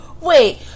Wait